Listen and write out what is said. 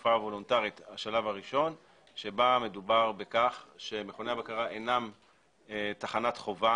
התקופה הוולונטרית שבה מדובר בכך שמכוני הבקרה אינם תחנת חובה